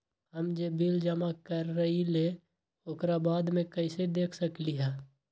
हम जे बिल जमा करईले ओकरा बाद में कैसे देख सकलि ह?